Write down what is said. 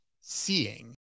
seeing